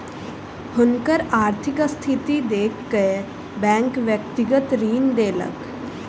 हुनकर आर्थिक स्थिति देख कअ बैंक व्यक्तिगत ऋण देलक